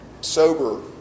sober